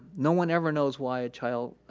no one ever knows why a child